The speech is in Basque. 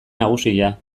nagusia